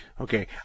Okay